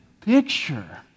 picture